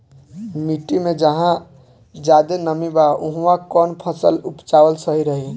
मिट्टी मे जहा जादे नमी बा उहवा कौन फसल उपजावल सही रही?